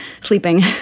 sleeping